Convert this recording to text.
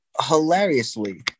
hilariously